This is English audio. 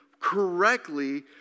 correctly